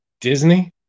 Disney